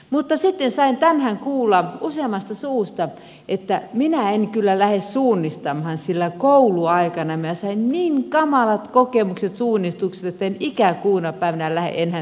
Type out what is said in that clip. mutta sitten sain tänään kuulla useammasta suusta että minä en kyllä lähde suunnistamaan sillä kouluaikana minä sain niin kamalat kokemukset suunnistuksesta että en ikäkuuna päivänä lähde enää suunnistamaan